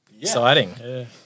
Exciting